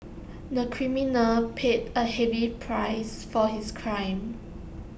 the criminal paid A heavy price for his crime